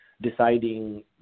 deciding